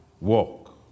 walk